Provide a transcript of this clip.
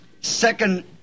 second